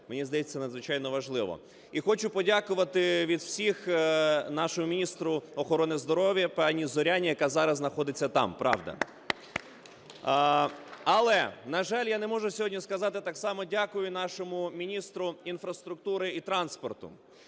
мені здається, надзвичайно важливо. І хочу подякувати від всіх нашому міністру охорони здоров'я пані Зоряні, яка зараз знаходиться там, правда. Але, на жаль, я не можу сьогодні сказати так само "дякую" нашому міністру інфраструктури і транспорту.